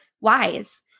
wise